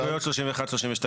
הסתייגויות 31, 32 פסולות,